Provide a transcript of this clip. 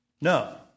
No